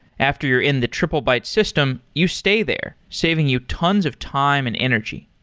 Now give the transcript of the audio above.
after you're in the triplebyte system, you stay there, saving you tons of time and energy.